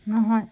নহয়